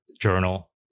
journal